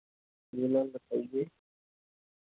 जी ma'am बताइए